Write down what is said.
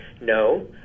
no